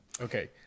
okay